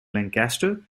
lancaster